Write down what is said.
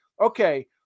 okay